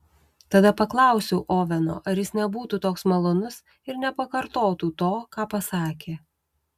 tada paklausiau oveno ar jis nebūtų toks malonus ir nepakartotų to ką pasakė